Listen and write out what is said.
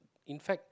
in fact